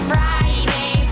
Friday